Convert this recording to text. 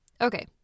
Okay